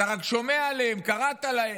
כשאתה רק שומע עליהם, קראת עליהם,